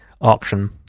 auction